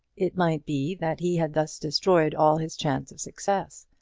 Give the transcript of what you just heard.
it might be that he had thus destroyed all his chance of success.